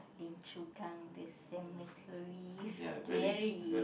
Lim-Chu-Kang the cemetary scary